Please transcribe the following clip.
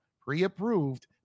pre-approved